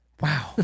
Wow